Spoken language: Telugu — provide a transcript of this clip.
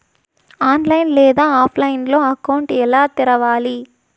ఆన్లైన్ లేదా ఆఫ్లైన్లో అకౌంట్ ఎలా తెరవాలి